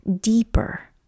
deeper